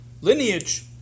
lineage